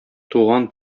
туган